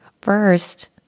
First